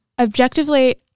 objectively